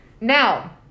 now